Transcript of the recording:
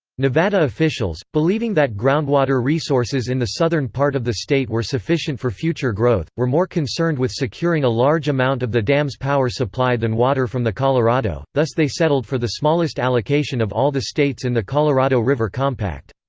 nevada officials, believing that groundwater resources in the southern part of the state were sufficient for future growth, were more concerned with securing a large amount of the dam's power supply than water from the colorado thus they settled for the smallest allocation of all the states in the colorado river compact.